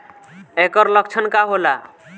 ऐकर लक्षण का होला?